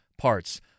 parts